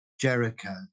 Jericho